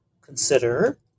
consider